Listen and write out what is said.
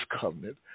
covenant